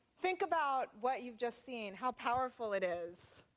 think about what you've just seen, how powerful it is.